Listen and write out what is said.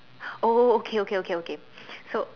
oh oh okay okay okay okay so